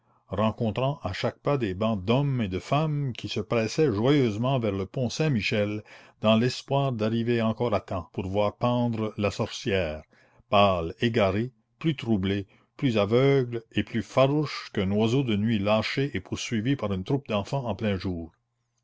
rencontrant à chaque pas des bandes d'hommes et de femmes qui se pressaient joyeusement vers le pont saint-michel dans l'espoir d'arriver encore à temps pour voir pendre la sorcière pâle égaré plus troublé plus aveugle et plus farouche qu'un oiseau de nuit lâché et poursuivi par une troupe d'enfants en plein jour